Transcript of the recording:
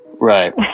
Right